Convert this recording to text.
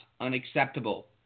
unacceptable